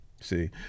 See